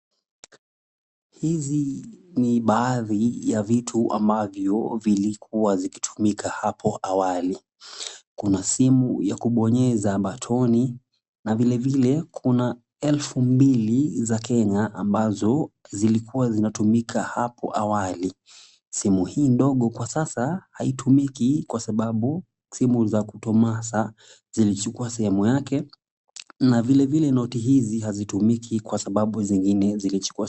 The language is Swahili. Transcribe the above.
Hizi ni baadhi ya vitu ambavyo vilikua zikitumika hapo awali. Kuna simu ya kubonyeza batoni na vilevile kuna elfu mbili za Kenya ambazo zilikua zinatumika hapo awali. Simu hii ndogo kwa sasa haitumiki kwa sababu simu za kutomasa zilichukua sehemu yake na vilevule noti hizi hazitumiki kwa sababu zingine zilichukua...